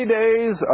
days